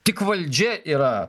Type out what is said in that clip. tik valdžia yra